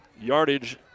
yardage